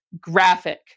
graphic